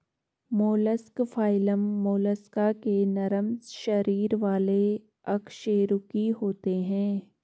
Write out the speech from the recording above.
mollusc phylum Mollusca के नरम शरीर वाले अकशेरुकी होते हैं